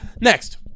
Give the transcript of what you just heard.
next